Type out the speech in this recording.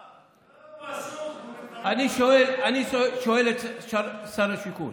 הוא פה עסוק, הוא, אני שואל את שר השיכון: